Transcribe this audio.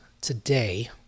today